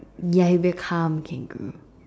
ya it will become a kangaroo